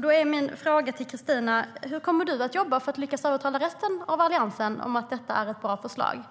Då är min fråga till Kristina: Hur kommer du att jobba för att lyckas övertala resten i Alliansen om att det är ett bra förslag